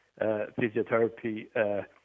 physiotherapy